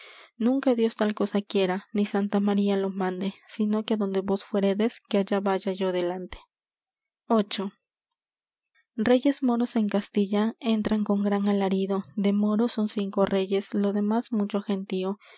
nunca dios tal cosa quiera ni santa maría lo mande sino que adonde vos fuéredes que allá vaya yo delante viii reyes moros en castilla entran con gran alarido de moros son cinco reyes lo demás mucho gentío